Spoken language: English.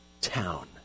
town